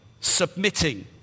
submitting